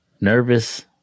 nervous